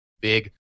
big